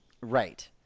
right